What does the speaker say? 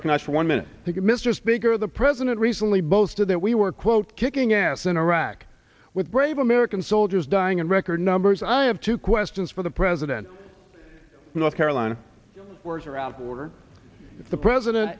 not for one minute think mr speaker the president recently both to that we were quote kicking ass in iraq with brave american soldiers dying in record numbers i have two questions for the president in north carolina words are out of order the president